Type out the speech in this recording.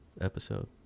episode